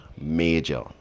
major